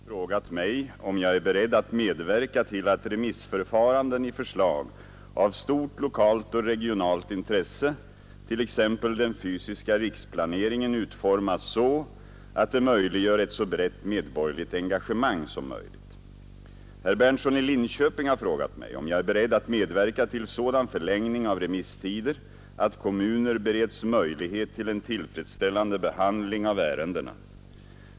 Herr talman! Herr Åsling har i en interpellation frågat mig om jag är beredd att medverka till att remissförfarandet i förslag av stort lokalt och regionalt intresse, t.ex. den fysiska riksplaneringen, utformas så att det möjliggör ett så brett medborgerligt engagemang som möjligt. Herr Berndtson i Linköping har frågat mig om jag är beredd att medverka till sådan förlängning av remisstider att kommuner bereds möjlighet till en tillfredsställande behandling av ärendena.